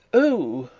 oh!